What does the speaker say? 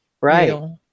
right